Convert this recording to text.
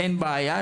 אין בעיה,